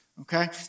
Okay